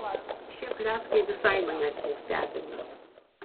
šie pletkai visai manęs nestebina